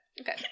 okay